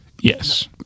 Yes